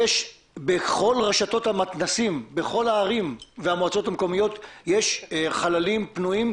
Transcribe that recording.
יש בכל רשתות המתנ"סים בכל הערים והמועצות המקומיות יש חללים פנויים,